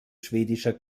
schwedischer